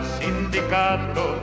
sindicato